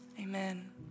Amen